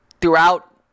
throughout